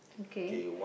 okay